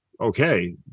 Okay